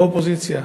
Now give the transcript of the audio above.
לא האופוזיציה.